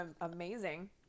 amazing